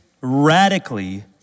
radically